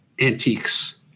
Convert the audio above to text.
antiques